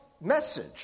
message